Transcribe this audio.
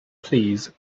please